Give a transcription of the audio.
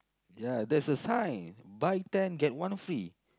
ya there's a sign buy ten get one free